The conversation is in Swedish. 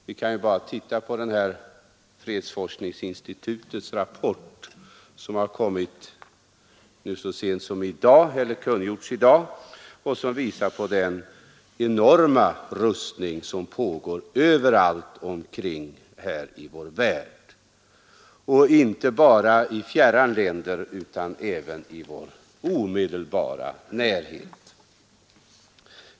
Vi kan ju titta på fredsforskningsinstitutets rapport som kungjorts i dag och som visar på den enorma rustning som pågår överallt i vår omvärld, inte bara i fjärran länder utan även i vår omedelbara närhet.